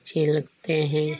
अच्छे लगते हैं